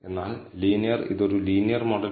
F യഥാർത്ഥത്തിൽ ഒരു positive അളവാണ്